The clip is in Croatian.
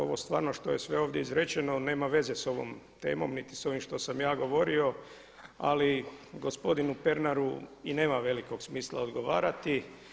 Ovo stvarno sve što je ovdje izrečeno nema veze s ovom temom niti s ovim što sam ja govorio, ali gospodinu Pernaru i nema velikog smisla odgovarati.